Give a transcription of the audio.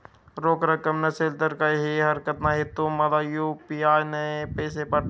रोख रक्कम नसेल तर काहीही हरकत नाही, तू मला यू.पी.आय ने पैसे पाठव